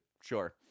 Sure